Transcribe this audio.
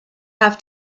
have